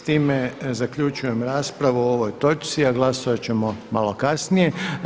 S time zaključujem raspravu o ovoj točci, a glasovat ćemo malo kasnije.